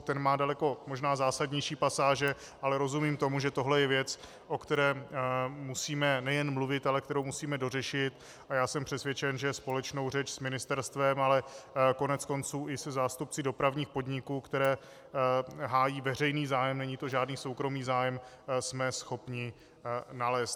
Ten má daleko možná zásadnější pasáže, ale rozumím tomu, že tohle je věc, o které musíme nejen mluvit, ale kterou musíme dořešit, a já jsem přesvědčen, že společnou řeč s ministerstvem, ale koneckonců i se zástupci dopravních podniků, které hájí veřejný zájem, není to žádný soukromý zájem, jsme schopni nalézt.